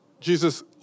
Jesus